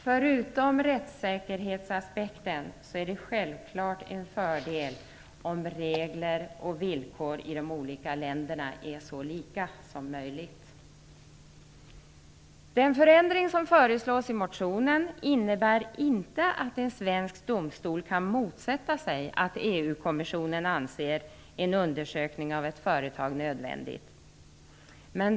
Förutom rättssäkerhetsaspekten är det självfallet en fördel om regler och villkor är så lika som möjligt i de olika länderna. Den förändring som föreslås i motionen innebär inte att en svensk domstol kan motsätta sig att EU-kommissionen anser en undersökning av ett företag nödvändig.